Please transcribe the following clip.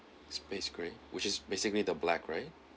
space grey which is basically the black right